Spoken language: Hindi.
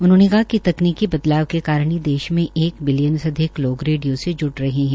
उन्होंने कहा कि तकनीकी बदलाव के कारण ही देश में एक बिलियन से अधिक लोग रेडियो से ज्ड रहे है